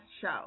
show